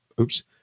Oops